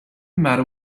matter